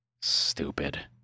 Stupid